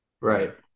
Right